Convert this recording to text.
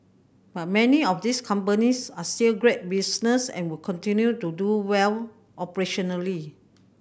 but many of these companies are still great business and will continue to do well operationally